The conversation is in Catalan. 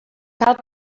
cal